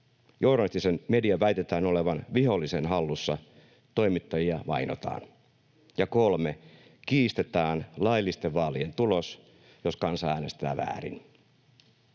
Journalistisen median väitetään olevan vihollisen hallussa. Toimittajia vainotaan. 3) Kiistetään laillisten vaalien tulos, jos kansa äänestää väärin.